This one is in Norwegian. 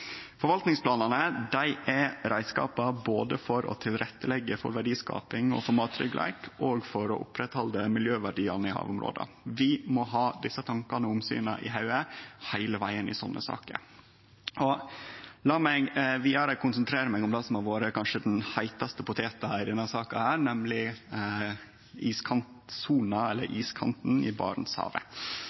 er reiskapar både for å leggje til rette for verdiskaping, for mattryggleik og for å halde oppe miljøverdiane i havområda. Vi må ha desse tankane og omsyna i hovudet heile vegen i sånne saker. La meg vidare konsentrere meg om det som kanskje har vore den heitaste poteta i denne saka, nemleg iskantsona eller iskanten i